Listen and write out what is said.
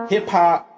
Hip-hop